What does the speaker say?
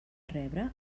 rebre